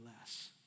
less